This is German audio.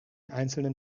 einzelnen